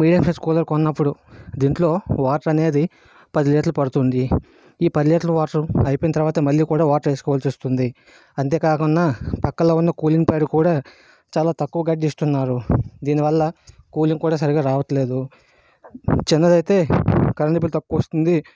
medium size cooler కొన్నప్పుడు దీంట్లో water అనేది పది లీటర్లు పడుతుంది ఈ పది లీటర్లు వాటర్ అయిపోయిన తర్వాత మళ్ళీ కూడా వాటర్ వేసుకోవాల్సి వస్తుంది అంతే కాకుండా పక్కలో ఉన్న కూలింగ్ ప్యాడ్ కూడా చాలా తక్కువగా తీస్తున్నారు దీనివల్ల కూలింగ్ కూడా సరిగా రావట్లేదు చిన్నది అయితే కరెంట్ బిల్ తక్కువ వస్తుంది